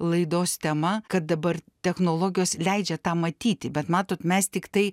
laidos tema kad dabar technologijos leidžia tą matyti bet matot mes tiktai